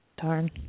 Darn